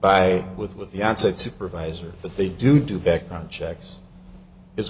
by with with the on site supervisor that they do do background checks is